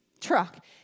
truck